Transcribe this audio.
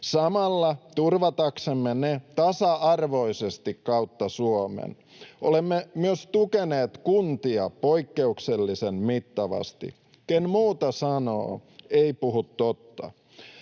samalla turvataksemme ne tasa-arvoisesti kautta Suomen. Olemme myös tukeneet kuntia poikkeuksellisen mittavasti. Ken muuta sanoo, ei puhu totta.